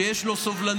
שיש בו סובלנות.